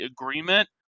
agreement